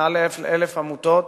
מעל 1,000 עמותות,